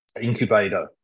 incubator